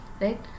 right